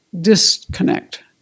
disconnect